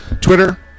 Twitter